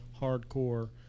hardcore